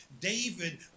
David